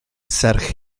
serch